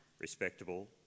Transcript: respectable